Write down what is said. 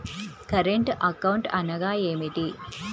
Current account అనగా ఏమిటి?